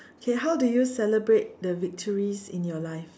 okay how do you celebrate the victories in your life